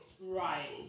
Right